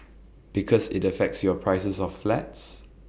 because IT affects your prices of flats